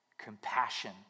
Compassion